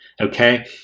okay